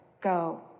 go